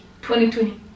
2020